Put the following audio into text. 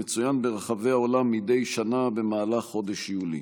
המצוין ברחבי העולם מדי שנה במהלך חודש יולי.